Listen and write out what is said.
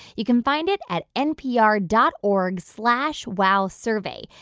you can find it at npr dot org slash wowsurvey.